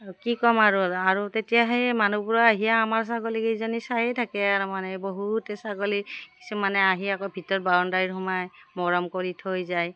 কি ক'ম আৰু আৰু তেতিয়া সেই মানুহবোৰ আহিয়ে আমাৰ ছাগলীকেইজনী চায়েই থাকে আৰু মানে বহুতে ছাগলী কিছুমানে আহি আকৌ ভিতৰত বাউণ্ডাৰীত সোমাই মৰম কৰি থৈ যায়